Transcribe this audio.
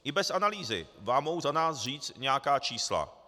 I bez analýzy vám mohu za nás říct nějaká čísla.